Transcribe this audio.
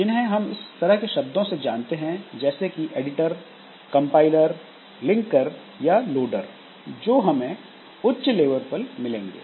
जिन्हें हम इस तरह के शब्दों से जानते हैं जैसे कि एडिटर कंपाइलर लिंकर या loader editors compilers linkers loaders जो हमें उच्च लेवल पर मिलेंगे